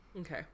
Okay